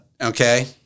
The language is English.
Okay